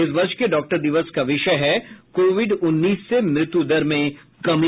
इस वर्ष के डॉक्टर दिवस का विषय है कोविड उन्नीस से मृत्यु दर में कमी